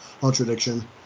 contradiction